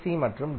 C மற்றும் D